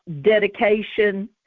dedication